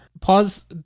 pause